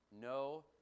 No